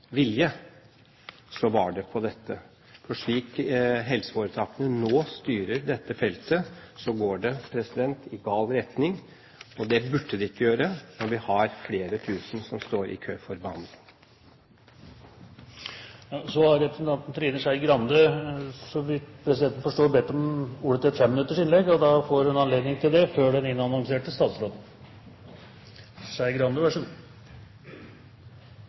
vilje, er det dette, for med en slik måte helseforetakene nå styrer dette feltet på, går det i gal retning. Det burde det ikke gjøre, når vi har flere tusen som står i kø for behandling. Så har representanten Trine Skei Grande – etter det presidenten forstår – bedt om ordet til et femminuttersinnlegg. Det får hun anledning til, før den annonserte statsråden. Takk, president, det